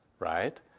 right